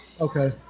Okay